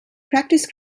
practice